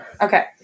okay